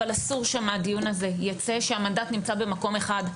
אבל אסור שמהדיון הזה ייצא שהמנדט נמצא במקום אחד.